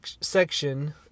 section